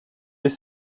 les